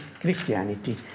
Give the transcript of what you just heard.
Christianity